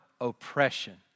oppression